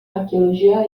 arqueologia